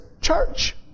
church